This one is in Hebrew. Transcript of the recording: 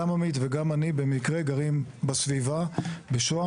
גם עמית וגם אני במקרה גרים בסביבה בשוהם,